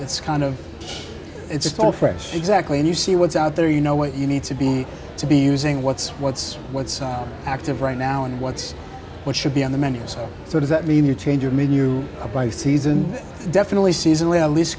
it's kind of it's all fresh exactly and you see what's out there you know what you need to be to be using what's what's what's active right now and what's what should be on the menus so does that mean you change your menu or by season definitely seasonally a l